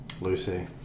Lucy